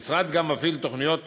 המשרד גם מפעיל תוכניות